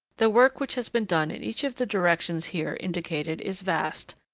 the work which has been done in each of the directions here indicated is vast,